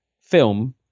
film